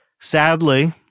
Sadly